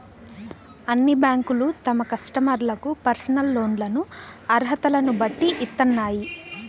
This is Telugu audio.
అన్ని బ్యేంకులూ తమ కస్టమర్లకు పర్సనల్ లోన్లను అర్హతలను బట్టి ఇత్తన్నాయి